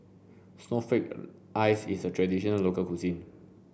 snowflake ice is a traditional local cuisine